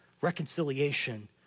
reconciliation